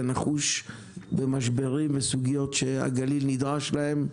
נחוש במשברים וסוגיות שהגליל נדרש להן,